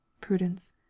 prudence